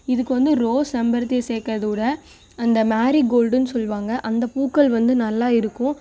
இதுக்கு வந்து ரோஸ் செம்பருத்தியை சேர்க்கறதுவுட அந்த மேரிகோல்டுன்னு சொல்வாங்க அந்த பூக்கள் வந்து நல்லா இருக்கும்